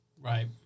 Right